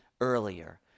earlier